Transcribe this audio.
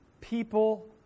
people